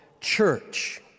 church